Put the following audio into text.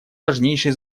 важнейшей